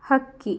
ಹಕ್ಕಿ